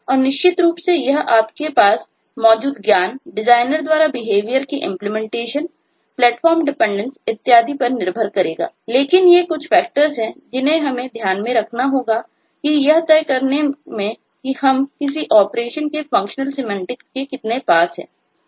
और निश्चित रूप से यह आपके पास मौजूद ज्ञान डिजाइनर द्वारा बिहेवियर के इंप्लीमेंटेशन प्लेटफ़ॉर्म डिपेंडेंस कितने पास है